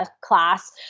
class